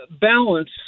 balance